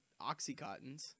Oxycontins